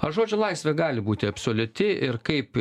ar žodžio laisvė gali būti absoliuti ir kaip